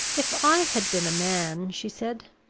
if i had been a man, she said,